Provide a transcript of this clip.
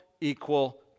equal